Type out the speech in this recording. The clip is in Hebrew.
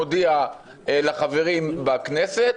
מודיע לחברים בכנסת,